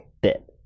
bit